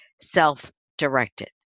self-directed